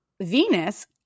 Venus